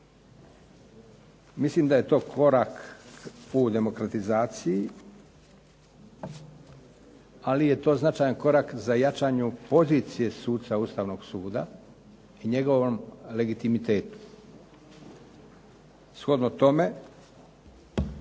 Mislim da je to korak u demokratizaciju ali je to značajan korak za jačanje pozicije suca Ustavnog suda i njegovom legitimitetu. Shodno tome,